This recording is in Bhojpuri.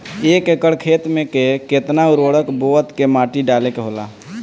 एक एकड़ खेत में के केतना उर्वरक बोअत के माटी डाले के होला?